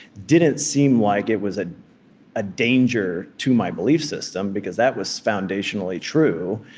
didn't seem like it was a ah danger to my belief system, because that was foundationally true.